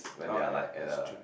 oh yea is true